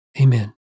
Amen